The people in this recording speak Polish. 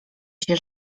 się